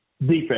defense